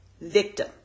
victim